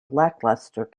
lackluster